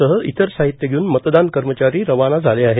सह इतर साहित्य घेऊन मतदान कर्मचारी रवाना झाले आहेत